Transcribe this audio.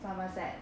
somerset